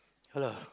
ya lah